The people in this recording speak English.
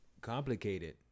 complicated